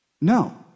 No